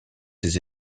ses